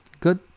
Good